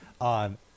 on